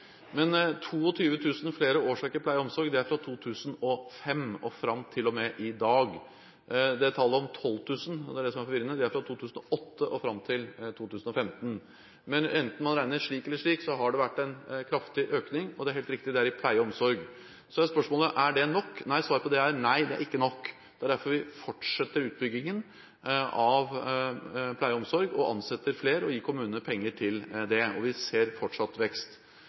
Men 22 000 flere årsverk innen pleie og omsorg er fra 2005 fram til og med i dag. Tallet 12 000, og det er det som er forvirrende, er fra 2008 og fram til 2015. Enten man regner slik eller slik, har det vært en kraftig økning, og det er helt riktig at det er innen pleie og omsorg. Spørsmålet er om det er nok. Svaret på det er: Nei, det er ikke nok. Derfor fortsetter vi utbyggingen innen pleie og omsorg, ansetter flere og gir kommunene penger til det. Vi ser fortsatt vekst.